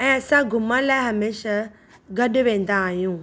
ऐं असां घुमण लाइ हमेशा गॾु वेंदा आहियूं